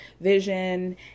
vision